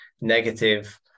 negative